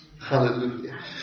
Hallelujah